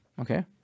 Okay